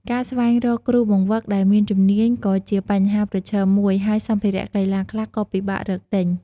ការស្វែងរកគ្រូបង្វឹកដែលមានជំនាញក៏ជាបញ្ហាប្រឈមមួយ ហើយសម្ភារៈកីឡាខ្លះក៏ពិបាករកទិញ។